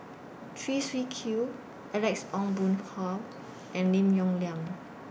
Chew Swee Kee Alex Ong Boon Hau and Lim Yong Liang